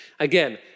Again